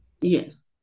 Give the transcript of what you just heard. Yes